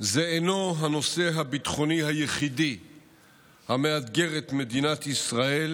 זה אינו הנושא הביטחוני היחידי המאתגר את מדינת ישראל,